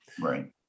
right